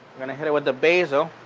gonna hit it with the basil,